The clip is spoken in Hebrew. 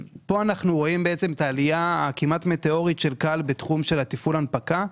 אנחנו רואים עלייה כמעט מטאורית של כאל בתחום תפעול ההנפקה.